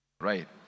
Right